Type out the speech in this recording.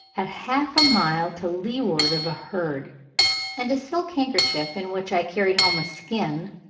at half a mile to leeward of a herd and a silk handkerchief, in which i carried home a skin,